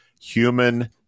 human